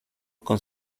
con